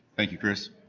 thank you, chris.